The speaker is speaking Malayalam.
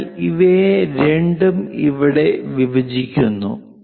അതിനാൽ ഇവ രണ്ടും ഇവിടെ വിഭജിക്കുന്നു